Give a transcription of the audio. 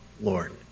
Lord